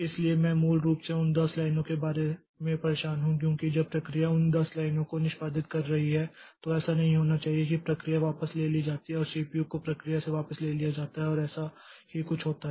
इसलिए मैं मूल रूप से उन 10 लाइनों के बारे में परेशान हूं क्योंकि जब प्रक्रिया उन 10 लाइनों को निष्पादित कर रही है तो ऐसा नहीं होना चाहिए कि प्रक्रिया वापस ले ली जाती है सीपीयू को प्रक्रिया से वापस ले लिया जाता है और ऐसा ही कुछ होता है